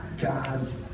God's